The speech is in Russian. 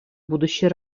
будущей